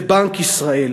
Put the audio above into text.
זה בנק ישראל.